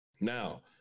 Now